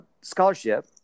scholarship